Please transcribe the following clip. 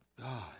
God